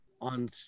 on